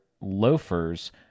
loafers